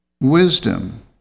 wisdom